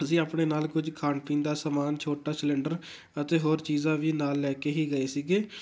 ਅਸੀਂ ਆਪਣੇ ਨਾਲ ਕੁਝ ਖਾਣ ਪੀਣ ਦਾ ਸਮਾਨ ਛੋਟਾ ਸਿਲੰਡਰ ਅਤੇ ਹੋਰ ਚੀਜ਼ਾਂ ਵੀ ਨਾਲ ਲੈ ਕੇ ਹੀ ਗਏ ਸੀਗੇ